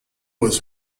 was